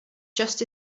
just